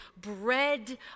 bread